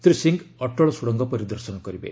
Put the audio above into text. ଶ୍ରୀ ସିଂହ ଅଟଳ ସୁଡ଼ଙ୍ଗ ପରିଦର୍ଶନ କରିବେ